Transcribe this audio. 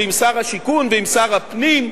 עם שר השיכון ועם שר הפנים.